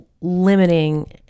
limiting